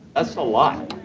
a so lot.